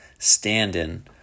stand-in